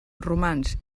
romans